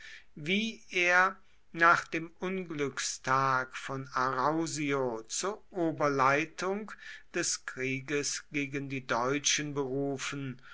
wie er nach dem unglückstag von arausio zur oberleitung des krieges gegen die deutschen berufen